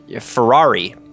Ferrari